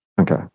Okay